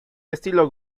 estilo